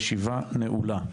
הישיבה נעולה.